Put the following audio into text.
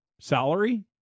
salary